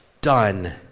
done